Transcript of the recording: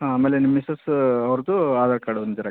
ಹಾಂ ಆಮೇಲೆ ನಿಮ್ಮ ಮಿಸ್ಸಸ್ ಅವರದು ಆಧಾರ್ ಕಾರ್ಡ್ ಒಂದು ಜೆರಾಕ್ಸು